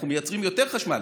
אנחנו מייצרים יותר חשמל.